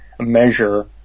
Measure